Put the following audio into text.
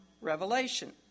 Revelation